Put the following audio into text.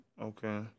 Okay